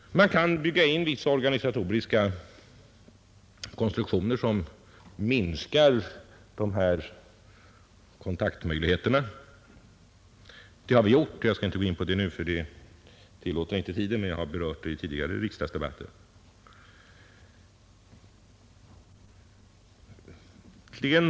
Man kan bygga in vissa organisatoriska konstruktioner som minskar dessa kontaktmöjligheter. Det har vi gjort — jag skall inte gå in på detta nu, ty det tillåter inte tiden, men jag har berört den frågan i tidigare riksdagsdebatter.